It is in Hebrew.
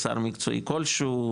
לשר מקצועי כלשהו,